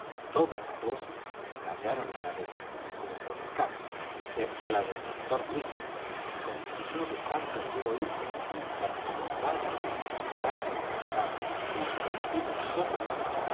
todas las voces callaron á la vez como por encanto excepto la del doctor livesey que continuó dejándose oir imperturbablemente clara y agradable interrumpida solamente